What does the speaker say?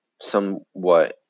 somewhat